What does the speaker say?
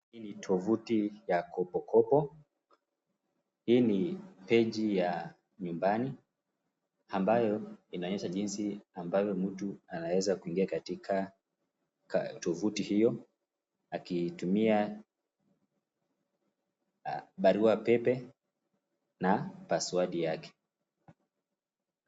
Hii ni tovuti ya KopoKopo. Hii ni peji ya nyumbani, ambayo inaonyesha jinsi ambavyo mtu anaweza kuingia katika tovuti hiyo, akitumia barua pepe na paswodi yake.